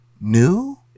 new